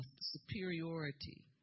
superiority